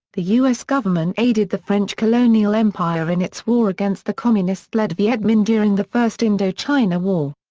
the u s. government aided the french colonial empire in its war against the communist-led viet minh during the first indochina war.